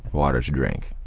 water to drink.